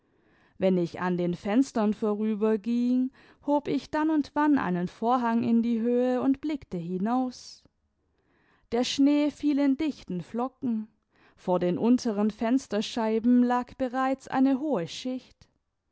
wenn ich an den fenstern vorüberging hob ich dann und wann einen vorhang in die höhe und blickte hinaus der schnee fiel in dichten flocken vor den unteren fensterscheiben lag bereits eine hohe schicht